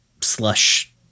slush